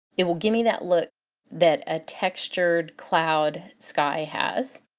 it will give me that look that a textured cloud sky has.